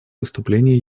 выступление